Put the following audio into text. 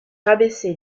rabaissé